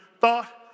thought